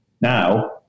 Now